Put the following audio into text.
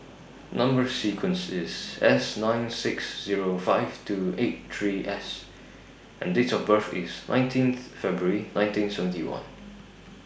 Number sequence IS S nine six Zero five two eight three S and Date of birth IS nineteenth February nineteen seventy one